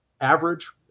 average